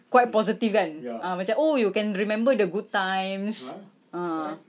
quite positive kan ah macam oh you can remember the good times ah